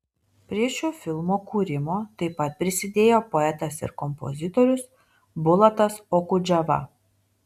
prie šio filmo kūrimo taip pat prisidėjo poetas ir kompozitorius bulatas okudžava